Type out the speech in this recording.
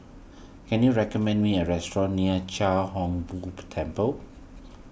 can you recommend me a restaurant near Chia Hung Boo Temple